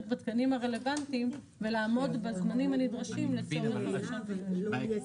בתקנים הרלוונטיים ולעמוד בזמנים הנדרשים לצורך 1 ביולי.